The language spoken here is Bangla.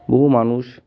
বহু মানুষ